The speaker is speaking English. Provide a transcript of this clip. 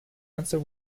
answer